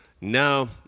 No